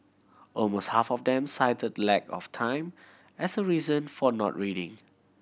almost half of them cited lack of time as a reason for not reading